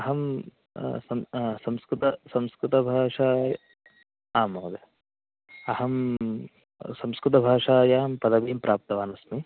अहं सं संस्कृतं संस्कृतभाषा आं महोदय अहं संस्कृतभाषायां पदवीं प्राप्तवान् अस्मि